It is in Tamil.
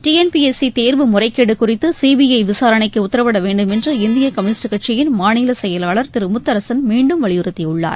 டிஎன்பிஎஸ்சி தேர்வு முறைகேடு குறித்து சிபிஐ விசாரணைக்கு உத்தரவிட வேண்டும் என்று இந்திய கம்யூனிஸ்ட் கட்சியின் மாநில செயலாளர் திரு முத்தரசன் மீண்டும் வலியுறுத்தியுள்ளார்